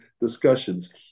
discussions